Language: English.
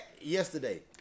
yesterday